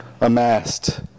amassed